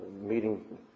meeting